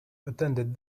attended